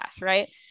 right